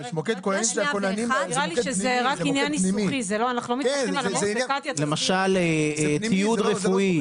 נראה לי שזה רק עניין ניסוחי -- למשל ציוד רפואי,